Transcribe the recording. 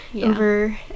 over